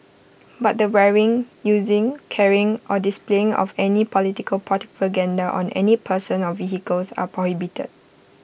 but the wearing using carrying or displaying of any political propaganda on any person or vehicles are prohibited